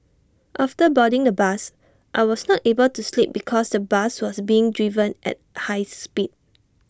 after boarding the bus I was not able to sleep because the bus was being driven at high speed